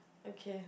okay